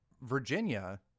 Virginia